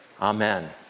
Amen